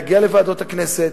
זה יגיע לוועדות הכנסת,